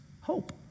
hope